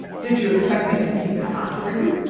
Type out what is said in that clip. did you expect me to keep it hot for you?